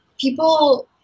people